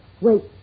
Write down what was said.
Wait